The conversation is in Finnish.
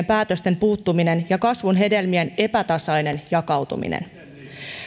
päätösten puuttuminen ja kasvun hedelmien epätasainen jakautuminen